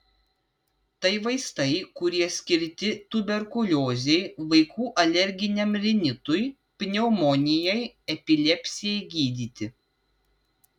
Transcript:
tai vaistai kurie skirti tuberkuliozei vaikų alerginiam rinitui pneumonijai epilepsijai gydyti